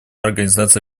организации